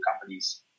companies